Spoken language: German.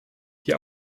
die